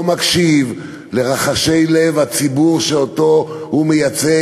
לא מקשיב לרחשי לב הציבור שאותו הוא מייצג,